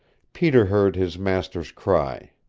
peter heard his master's cry.